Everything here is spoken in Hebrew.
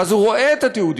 ואז הוא רואה את התיעוד,